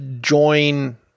join